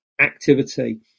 activity